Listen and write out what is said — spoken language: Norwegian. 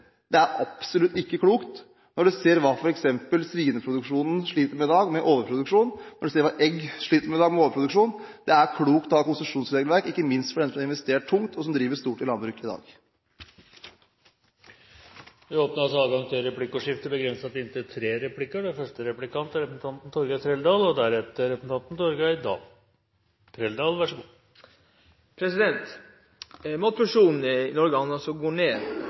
er absolutt ikke klokt når man ser hva f.eks. svineproduksjonen sliter med i dag, nemlig overproduksjon, og når man ser hva eggproduksjonen sliter med i dag, nemlig overproduksjon. Det er klokt å ha et konsesjonsregelverk, ikke minst for den som har investert tungt, og som driver stort innen landbruket i dag. Det åpnes for replikkordskifte. Matproduksjonen i norsk landbruk har gått ned. I dag kan vi produsere under 50 pst. av maten selv. Av alle som lever 100 pst. av landbruk, som altså